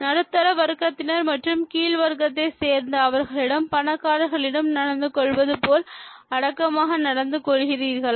நடுத்தர வர்க்கத்தினர் மற்றும் கீழ் வர்க்கத்தை சார்ந்த அவர்களிடமும் பணக்காரர்களிடம் நடந்து கொள்வது போல் அடக்கமாக நடந்து கொள்கிறார்களா